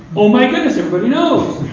oh my goodness! everybody knows.